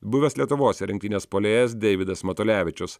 buvęs lietuvos rinktinės puolėjas deividas matulevičius